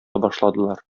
башладылар